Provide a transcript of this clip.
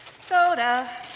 Soda